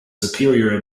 superior